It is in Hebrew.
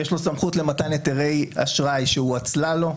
יש לו סמכות למתן היתרי אשראי שהואצלה לו,